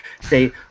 say